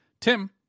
Tim